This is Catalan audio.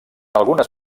algunes